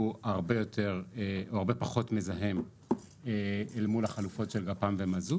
הוא הרבה פחות מזהם אל מול החלופות של גפ"מ ומזוט